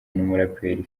n’umuraperi